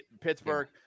Pittsburgh